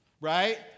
Right